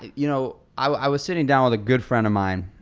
you know i was sitting down with a good friend of mine